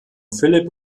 philipp